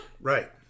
Right